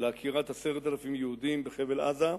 לעקירת 10,000 יהודים בחבל-עזה,